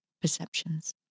perceptions